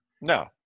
No